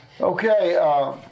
Okay